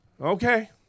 Okay